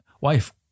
wife